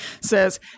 says